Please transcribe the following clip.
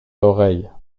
l’oreille